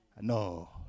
No